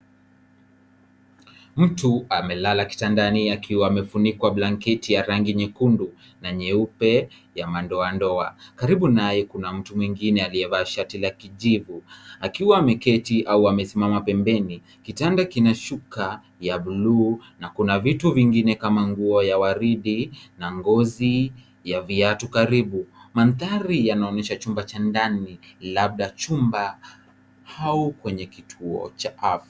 Mtu amelala kitandani akiwa amefunikwa blanketi ya rangi nyekundu na nyeupe ya madoadoa. Karibu naye kuna mtu mwingine aliyevaa shati la kijivu, akiwa ameketi au amesimama pembeni. Kitanda kinashuka ya bluu na kuna vitu vingine kama nguo ya waridhi na ngozi ya viatu karibu. Mandhari yanaonyesha chumba cha ndani labda chumba au kwenye kituo cha afya.